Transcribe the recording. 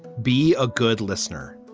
be a good listener.